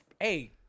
hey